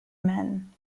men